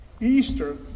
Easter